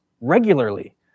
regularly